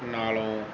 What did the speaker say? ਨਾਲੋਂ